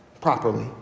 properly